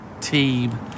team